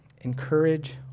encourage